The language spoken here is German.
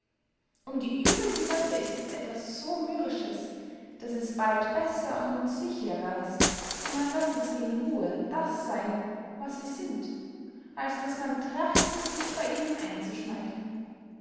um die übrigen götter ist es etwas so mürrisches daß es bald besser und sicherer ist man lasse sie in ruhe das seyn was sie sind als daß man trachte sich bey ihnen einzuschmeicheln